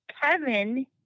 Kevin